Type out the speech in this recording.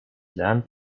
lernt